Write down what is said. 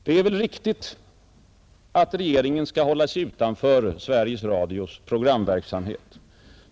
Det är riktigt att regeringen skall hålla sig utanför Sveriges Radios programverksamhet.